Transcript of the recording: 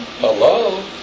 Hello